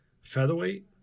featherweight